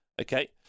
okay